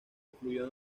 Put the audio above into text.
influyó